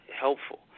helpful